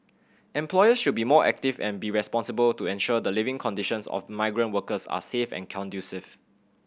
employers should be more active and be responsible to ensure the living conditions of migrant workers are safe and conducive